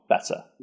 better